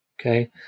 Okay